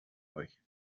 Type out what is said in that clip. euch